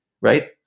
right